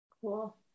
cool